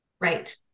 Right